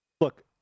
look